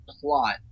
plot